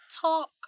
talk